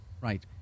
Right